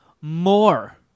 more